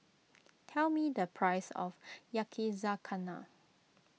tell me the price of Yakizakana